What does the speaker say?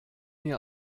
mir